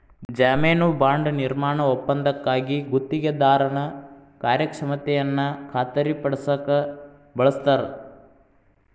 ಜಾಮೇನು ಬಾಂಡ್ ನಿರ್ಮಾಣ ಒಪ್ಪಂದಕ್ಕಾಗಿ ಗುತ್ತಿಗೆದಾರನ ಕಾರ್ಯಕ್ಷಮತೆಯನ್ನ ಖಾತರಿಪಡಸಕ ಬಳಸ್ತಾರ